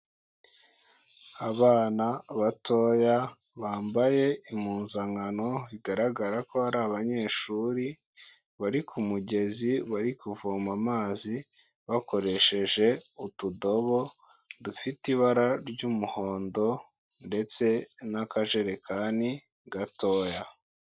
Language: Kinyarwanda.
Abana batoya bambaye impuzankano bigaragara ko ari abanyeshuri, bari ku mugezi bari kuvoma amazi bakoresheje utudobo dufite ibara ry'umuhondo ndetse n'akajerekani gatoya.